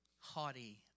Haughty